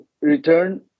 return